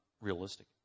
realistic